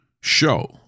show